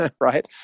right